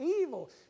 evil